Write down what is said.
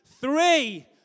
Three